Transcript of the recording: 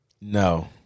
No